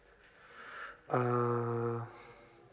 err